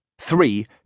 Three